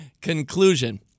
conclusion